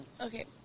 Okay